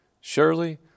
Surely